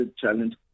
challenge